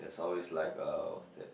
there's always like uh what's that